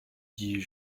dis